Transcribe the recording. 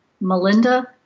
Melinda